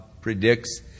predicts